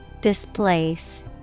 Displace